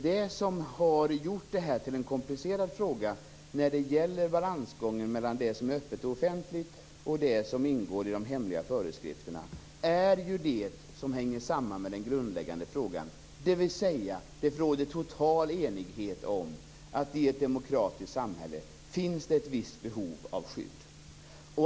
Det som har gjort det här till en komplicerad fråga när det gäller balansgången mellan det som är öppet och offentligt och det som ingår i de hemliga föreskrifterna, är det som hänger samman med den grundläggande frågan, dvs. att det råder total enighet om att det i ett demokratiskt samhälle finns ett visst behov av skydd.